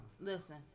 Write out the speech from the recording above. Listen